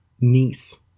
niece